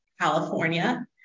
California